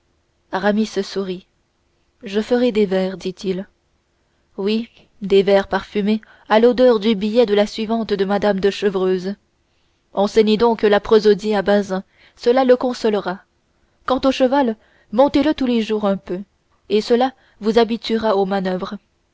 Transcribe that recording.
sourit je ferai des vers dit-il oui des vers parfumés à l'odeur du billet de la suivante de mme de chevreuse enseignez donc la prosodie à bazin cela le consolera quant au cheval montez le tous les jours un peu et cela vous habituera aux